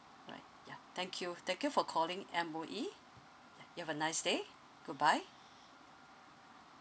alright ya thank you thank you for calling M_O_E you have a nice day goodbye